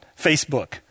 Facebook